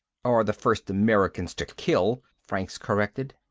or the first americans to kill, franks corrected.